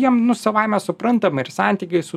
jiem nu savaime suprantama ir santykiui su